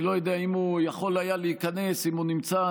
אני לא יודע אם הוא יכול היה להיכנס, אם הוא נמצא.